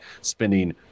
spending